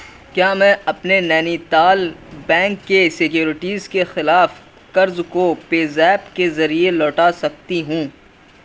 کیا میں اپنے نینی تال بینک کے سیکیورٹیز کے خلاف قرض کو پے زیپ کے ذریعے لوٹا سکتی ہوں